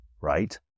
Right